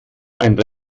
ein